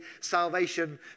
salvation